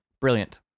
brilliant